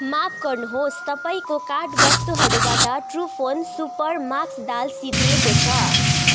माफ गर्नुहोस तपाईँको कार्ट वस्तुहरूबाट ट्रुफोन सुपर म्याक्स दाल सिद्धिएको छ